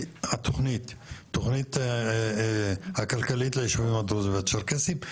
התוכנית הכלכלית ליישובים הדרוזים והצ'רקסים,